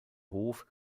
hof